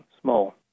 small